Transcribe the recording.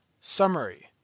Summary